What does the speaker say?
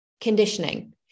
conditioning